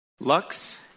Lux